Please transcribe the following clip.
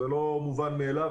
זה לא מובן מאליו.